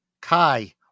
Kai